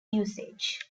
usage